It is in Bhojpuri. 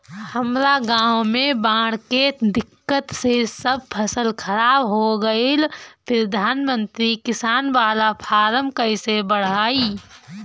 हमरा गांव मे बॉढ़ के दिक्कत से सब फसल खराब हो गईल प्रधानमंत्री किसान बाला फर्म कैसे भड़ाई?